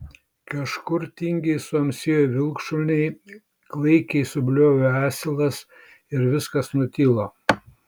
kažkur tingiai suamsėjo vilkšuniai klaikiai subliovė asilas ir viskas nutilo